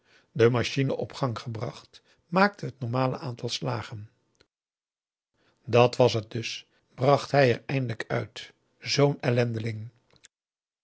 de machine op gang gebracht maakte het normale aantal slagen dàt was het dus bracht hij er eindelijk uit zoo'n